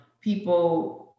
people